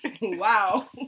Wow